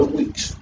weeks